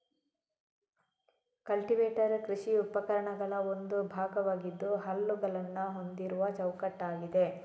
cultivator ಕೃಷಿ ಉಪಕರಣಗಳ ಒಂದು ಭಾಗವಾಗಿದ್ದು ಹಲ್ಲುಗಳನ್ನ ಹೊಂದಿರುವ ಚೌಕಟ್ಟಾಗಿದೆ